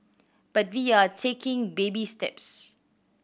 but we are taking baby steps